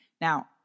Now